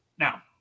Now